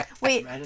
Wait